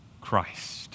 Christ